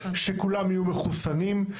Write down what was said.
שכולם יהיו מחוסנים,